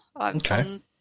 Okay